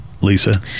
Lisa